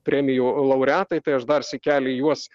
premijų laureatai tai aš dar sykelį juos